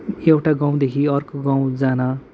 एउटा गाउँदेखि अर्को गाउँ जान